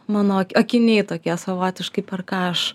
mano akiniai tokie savotiškai per ką aš